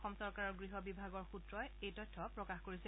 অসম চৰকাৰৰ গৃহ বিভাগৰ সূত্ৰই এই তথ্য প্ৰকাশ কৰিছে